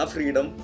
Freedom